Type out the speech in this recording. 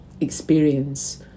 experience